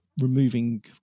removing